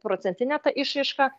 procentine ta išraiška